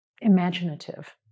imaginative